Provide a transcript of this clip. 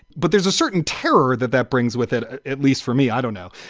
but there's a certain terror that that brings with it, at least for me. i don't know.